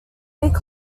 big